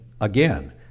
again